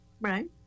Right